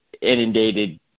inundated